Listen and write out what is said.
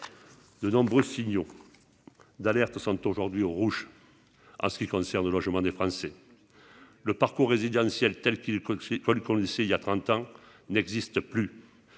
de nombreux signaux d'alerte sont aujourd'hui au rouge à ce qui concerne le logement des Français le parcours résidentiel telle qu'il est coincé : quoi, les policiers,